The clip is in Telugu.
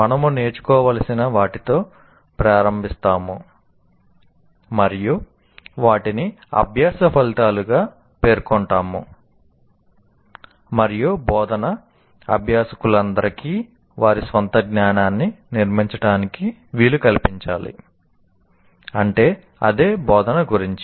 మనము నేర్చుకోవలసిన వాటితో ప్రారంభిస్తాము మరియు వాటిని అభ్యాస ఫలితాలుగా పేర్కొంటాము మరియు బోధన అభ్యాసకులందరికీ వారి స్వంత జ్ఞానాన్ని నిర్మించటానికి వీలు కల్పించాలి అంటే అదే బోధన గురించి